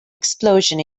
explosion